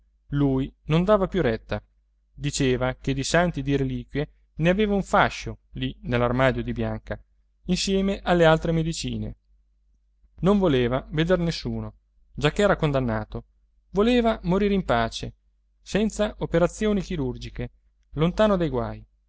lui non dava più retta diceva che di santi e di reliquie ne aveva un fascio lì nell'armadio di bianca insieme alle altre medicine non voleva veder nessuno giacché era condannato voleva morire in pace senza operazioni chirurgiche lontano dai guai